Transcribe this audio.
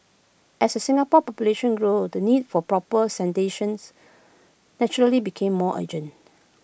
as Singapore population grew the need for proper sanitations naturally became more urgent